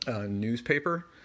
newspaper